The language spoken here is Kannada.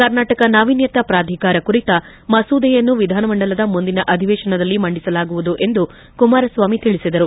ಕರ್ನಾಟಕ ನಾವಿನ್ಯತಾ ಪ್ರಾಧಿಕಾರ ಕುರಿತ ಮಸೂದೆಯನ್ನು ವಿಧಾನಮಂಡಲದ ಮುಂದಿನ ಅಧಿವೇತನದಲ್ಲಿ ಮಂಡಿಸಲಾಗುವುದು ಎಂದು ಕುಮಾರಸ್ವಾಮಿ ತಿಳಿಸಿದರು